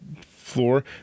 floor